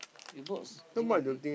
you boxing of it